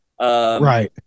Right